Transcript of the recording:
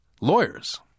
lawyers